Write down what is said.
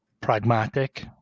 pragmatic